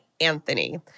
Anthony